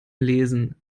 lesen